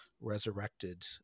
resurrected